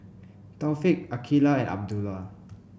Taufik Aqilah and Abdullah